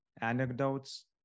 anecdotes